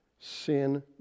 Sin